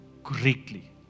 correctly